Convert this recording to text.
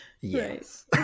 yes